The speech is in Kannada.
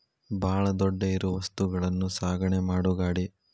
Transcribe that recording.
ಬಾಳ ದೊಡ್ಡ ಇರು ವಸ್ತುಗಳನ್ನು ಸಾಗಣೆ ಮಾಡು ಗಾಡಿ